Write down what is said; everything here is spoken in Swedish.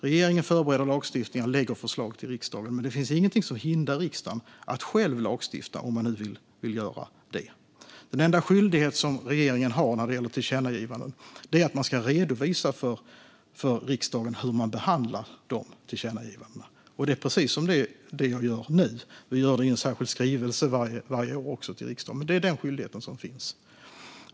Regeringen förbereder lagstiftningen och lägger fram förslag till riksdagen, men det finns inget som hindrar riksdagen från att själv lagstifta, om den nu vill göra det. Den enda skyldighet regeringen har när det gäller tillkännagivanden är att man ska redovisa för riksdagen hur man behandlar dem. Det är precis det jag gör nu och det vi gör i en särskild skrivelse till riksdagen varje år.